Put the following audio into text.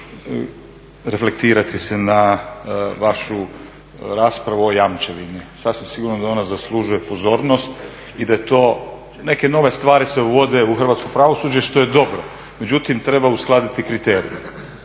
reflektirati se na vašu raspravu o jamčevini. Sasvim sigurno da ona zaslužuje pozornost i da je to, neke nove stvari se uvode u hrvatsko pravosuđe što je dobro, međutim treba uskladiti kriterije,